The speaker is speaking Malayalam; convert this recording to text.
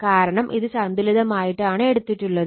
കാരണം ഇത് സന്തുലിതമായിട്ടാണ് എടുത്തിട്ടുള്ളത്